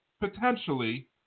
potentially